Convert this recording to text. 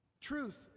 Truth